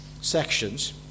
sections